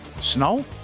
snow